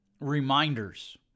reminders